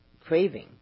craving